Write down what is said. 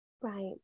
Right